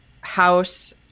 house